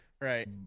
right